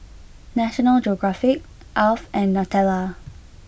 National Geographic Alf and Nutella